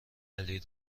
علی